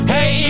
Hey